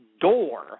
door